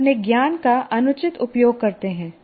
वे अपने ज्ञान का अनुचित उपयोग करते हैं